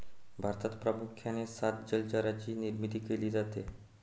भारतात प्रामुख्याने सात जलचरांची निर्मिती केली जाते